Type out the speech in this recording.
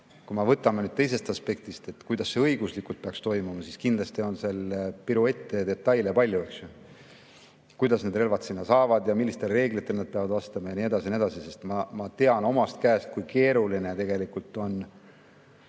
kui me võtame teisest aspektist, kuidas see õiguslikult peaks toimuma, siis kindlasti on seal piruette ja detaile palju, kuidas need relvad sinna saavad, millistele reeglitele nad peavad vastama ja nii edasi ja nii edasi. Ma tean omast käest, kui keeruline on